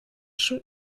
schon